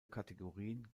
kategorien